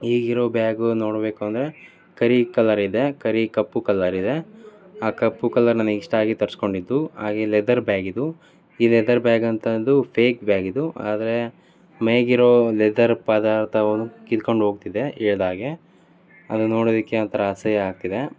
ಈಗಿರೋ ಬ್ಯಾಗು ನೋಡಬೇಕು ಅಂದರೆ ಕರಿ ಕಲ್ಲರ್ ಇದೆ ಕರಿ ಕಪ್ಪು ಕಲ್ಲರ್ ಇದೆ ಆ ಕಪ್ಪು ಕಲ್ಲರ್ ನನಗ್ ಇಷ್ಟ ಆಗಿ ತರಿಸ್ಕೊಂಡಿದ್ದು ಹಾಗೆ ಲೆದರ್ ಬ್ಯಾಗ್ ಇದು ಈ ಲೆದರ್ ಬ್ಯಾಗ್ ಅಂತ ಅಂದು ಫೇಕ್ ಬ್ಯಾಗ್ ಇದು ಆದರೆ ಮೇಗಿರೋ ಲೆದರ್ ಪದಾರ್ಥವು ಕಿತ್ಕೊಂಡು ಹೋಗ್ತಿದೆ ಎಳ್ದಾಗ ಅದು ನೋಡೋದಕ್ಕೆ ಒಂಥರ ಅಸಹ್ಯ ಆಗ್ತಿದೆ